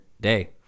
day